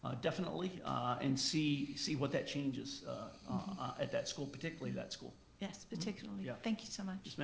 ah definitely and see see what that changes at that school, particularly that school. yes, particularly. yeah thank you so much. yes ma'am.